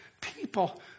people